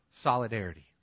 solidarity